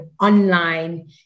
online